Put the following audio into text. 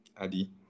Adi